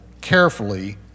carefully